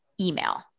email